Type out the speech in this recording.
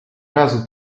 razu